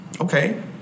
Okay